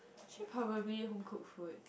actually probably home cooked food